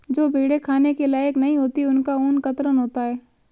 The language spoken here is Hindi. जो भेड़ें खाने के लायक नहीं होती उनका ऊन कतरन होता है